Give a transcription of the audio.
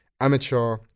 amateur